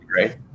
right